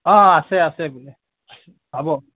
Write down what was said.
অঁ অঁ আছে আছে হ'ব